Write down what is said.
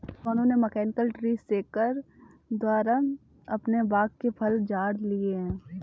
सोनू ने mechanical tree shaker द्वारा अपने बाग के फल झाड़ लिए है